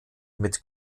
mit